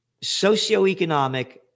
socioeconomic